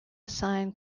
assign